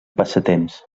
passatemps